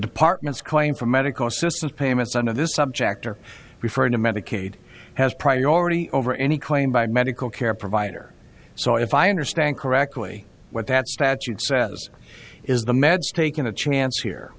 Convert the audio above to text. departments claim for medical assistance payments under this subject are referred to medicaid has priority over any claim by medical care provider so if i understand correctly what that statute says is the meds taken a chance here